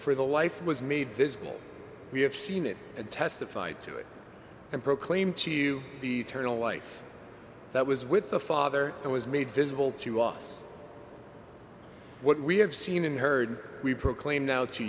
for the life was made visible we have seen it and testified to it and proclaim to the turn a life that was with the father and was made visible to us what we have seen and heard we proclaim now to